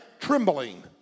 trembling